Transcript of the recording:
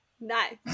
nice